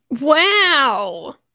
Wow